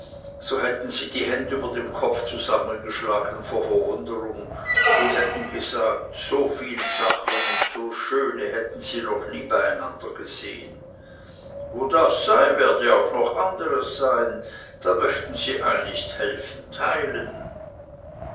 so hätten sie die händ über dem kopf zusammengeschlagen vor verwunderung und hätten gesagt so viel sachen und so schöne hätten sie noch nie beieinander gesehen wo das sei werde auch noch anderes sein da möchten sie einist helfen teilen